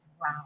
Wow